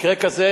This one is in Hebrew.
מקרה כזה,